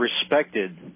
respected